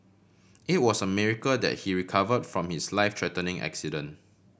it was a miracle that he recovered from his life threatening accident